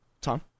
Tom